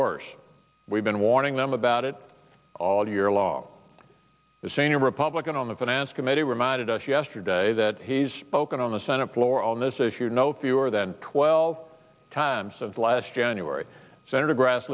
worse we've been warning them about it all year long the senior republican on the finance committee reminded us yesterday that he's spoken on the senate floor on this issue no fewer than twelve times and last january senator grass